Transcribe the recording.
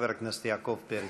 חבר הכנסת יעקב פרי.